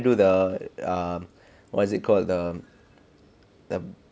do the um what's it called the the